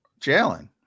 Jalen